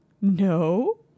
No